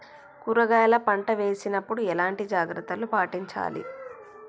కూరగాయల పంట వేసినప్పుడు ఎలాంటి జాగ్రత్తలు పాటించాలి?